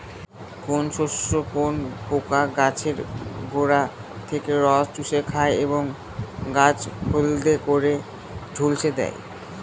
কোন শস্যে কোন পোকা গাছের গোড়া থেকে রস চুষে খায় এবং গাছ হলদে করে ঝলসে দেয়?